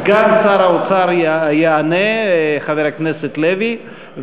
סגן שר האוצר יענה, חבר הכנסת לוי.